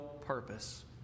purpose